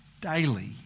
daily